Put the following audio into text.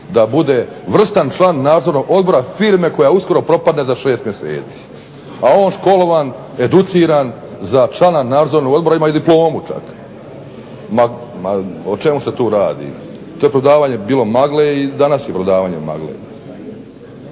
da bude vrstan član nadzornog odbora firme koja uskoro propada za 6 mjeseci. A on školovan, educiran za člana nadzornog odbora. Ima i diplomu čak. O čemu se tu radi? To je prodavanje bilo magle i danas je prodavanje magle.